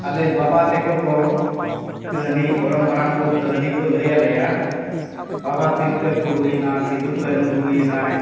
ᱟᱞᱮ ᱵᱟᱵᱟ ᱛᱟᱠᱚ ᱠᱚ ᱠᱟᱹᱦᱱᱤ ᱜᱚᱲᱚᱢ ᱦᱟᱲᱟᱢ ᱠᱚ ᱠᱟᱹᱦᱱᱤ ᱠᱚ ᱞᱟᱹᱭᱟᱞᱮᱭᱟ ᱵᱟᱵᱟ ᱛᱤᱞᱠᱟᱹ ᱠᱚ ᱦᱩᱭᱮᱱᱟ ᱥᱤᱫᱩ ᱠᱟᱹᱱᱩ ᱦᱩᱭᱱᱟᱭ